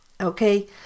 okay